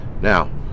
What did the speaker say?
now